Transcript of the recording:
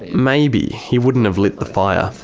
maybe he wouldn't have lit the fire.